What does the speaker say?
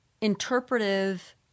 interpretive